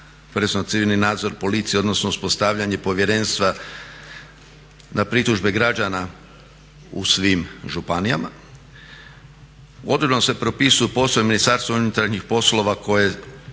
uspostavljanje povjerenstva na pritužbe građana u svim županijama. Odredbom se propisuju poslovi Ministarstva unutarnjih poslova koje